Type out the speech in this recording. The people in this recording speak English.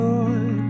Lord